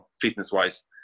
fitness-wise